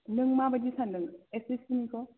नों माबादि सानदों एस एस सि निखौ